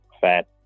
fat